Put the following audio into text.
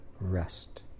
rest